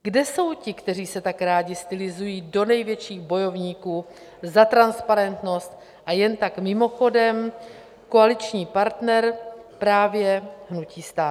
Kde jsou ti, kteří se tak rádi stylizují do největších bojovníků za transparentnost, a jen tak mimochodem, koaliční partner právě hnutí STAN?